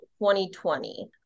2020